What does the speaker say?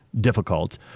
Difficult